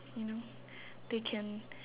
you know they can